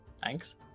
thanks